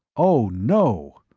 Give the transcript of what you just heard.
oh no,